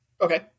Okay